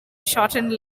shortened